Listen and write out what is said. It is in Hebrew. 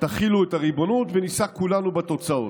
תחילו את הריבונות, ונישא כולנו בתוצאות.